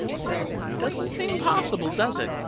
doesn't seem possible, does it,